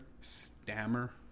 stammer